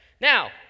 Now